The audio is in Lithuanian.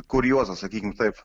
kuriozas sakykim taip